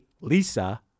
Lisa